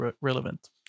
relevant